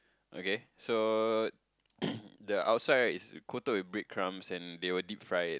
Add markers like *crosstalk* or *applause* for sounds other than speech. okay so *coughs* the outside right is coated with bread crumb and they will deep fry it